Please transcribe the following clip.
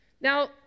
Now